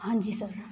ਹਾਂਜੀ ਸਰ